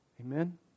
Amen